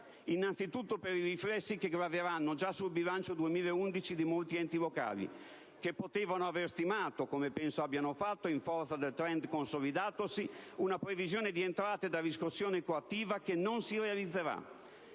Innanzitutto, alcuni riflessi graveranno già sul bilancio 2011 di molti enti locali, che potevano aver stimato (come penso abbiano fatto), in forza del *trend* consolidatosi, una previsione di entrate da riscossione coattiva che non si realizzerà;